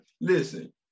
listen